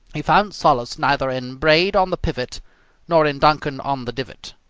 he found solace neither in braid on the pivot nor in duncan on the divot.